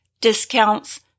discounts